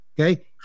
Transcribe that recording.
Okay